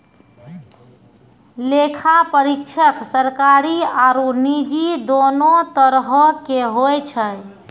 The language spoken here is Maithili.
लेखा परीक्षक सरकारी आरु निजी दोनो तरहो के होय छै